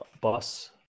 bus